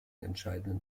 entscheidenden